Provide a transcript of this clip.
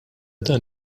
dan